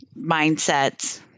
mindsets